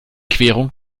querung